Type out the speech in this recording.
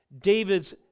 David's